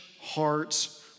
hearts